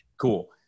Cool